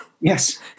Yes